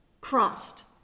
crossed